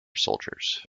soldiers